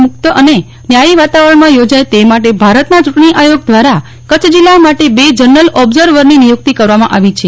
આ સમગ્ર ચૂંટણી પ્રક્રિયા મુક્ત અને ન્યાયી વાતાવરણમાં યોજાય તે માટે ભારતના ચૂંટણી આયોગ દ્વારા કચ્છ જિલ્લા માટે બે જનરલ ઓબઝર્વરની નિયુક્તિ કરવામાં આવી છે